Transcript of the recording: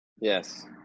Yes